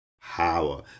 power